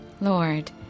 Lord